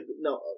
no